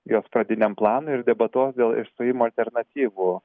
jos pradiniam planui ir debatuos dėl išstojimo alternatyvų